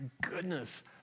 goodness